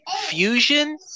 fusion